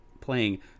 playing